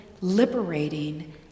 liberating